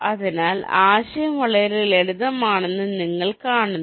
അതിനാൽ ആശയം വളരെ ലളിതമാണെന്ന് നിങ്ങൾ കാണുന്നു